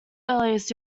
earliest